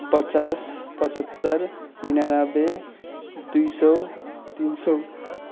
पचास पचहत्तर निनानब्बे दुई सौ तिन सौ